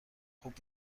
خوب